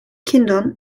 kindern